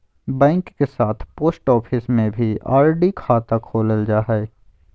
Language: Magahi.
बैंक के साथ पोस्ट ऑफिस में भी आर.डी खाता खोलल जा हइ